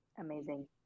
Amazing